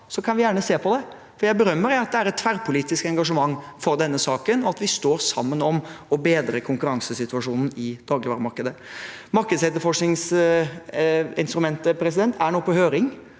Så kan vi gjerne se på det, for jeg berømmer at det er et tverrpolitisk engasjement i denne saken, og at vi står sammen om å bedre konkurransesituasjonen i dagligvaremarkedet. Markedsetterforskningsinstrumentet er nå på høring.